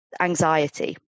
anxiety